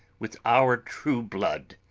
with our true blood,